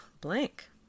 blank